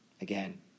Again